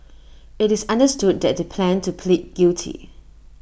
IT is understood that they plan to plead guilty